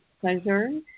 pleasure